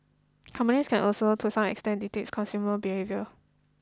companies can also to some extent dictate consumer behaviour